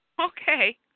Okay